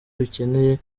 bikeneye